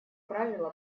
правила